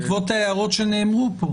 בעקבות ההערות שנאמרו פה.